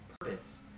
purpose